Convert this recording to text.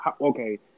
Okay